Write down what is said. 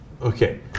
Okay